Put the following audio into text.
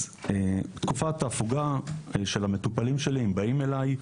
אז בתקופת ההפוגה של המטופלים שלי שבאים אליי,